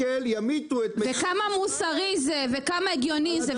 כמה מוסרי זה וכמה הגיוני זה,